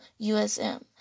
USM